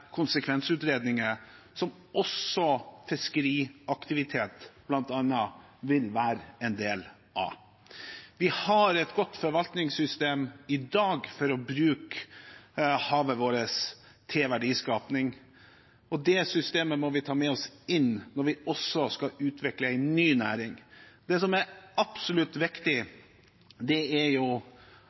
konsekvensutredninger som også fiskeriaktivitet vil være en del av. Vi har i dag et godt forvaltningssystem for å bruke havet vårt til verdiskaping. Det systemet må vi ta med oss også når vi skal utvikle en ny næring. Det som er absolutt viktig, er